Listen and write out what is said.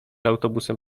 autobusem